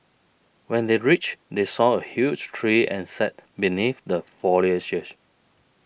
when they reached they saw a huge tree and sat beneath the foliage